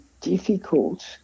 difficult